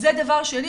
זה דבר שני.